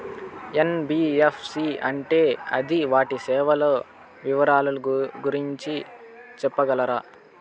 NBFC అంటే అది వాటి సేవలు వివరాలు గురించి సెప్పగలరా?